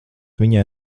viņai